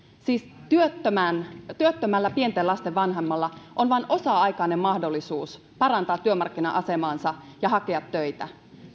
siis työttömällä pienten lasten vanhemmalla on vain osa aikainen mahdollisuus parantaa työmarkkina asemaansa ja hakea töitä